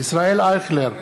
ישראל אייכלר,